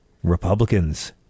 Republicans